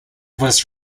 was